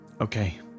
okay